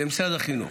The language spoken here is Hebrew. למשרד החינוך.